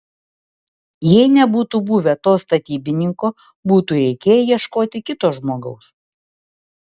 jei nebūtų buvę to statybininko būtų reikėję ieškoti kito žmogaus